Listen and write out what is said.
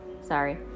sorry